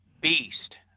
beast